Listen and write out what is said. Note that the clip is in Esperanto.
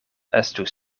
estus